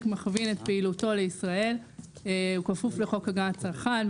מכווין את פעילותו לישראל הוא כפוף לחוק הגנת הצרכן.